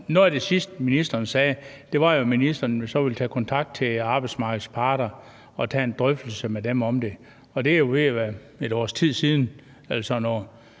var jo, at ministeren så ville tage kontakt til arbejdsmarkedets parter og tage en drøftelse med dem om det. Det er jo ved at være et års tid siden